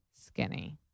skinny